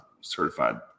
certified